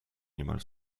niemal